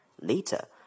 Later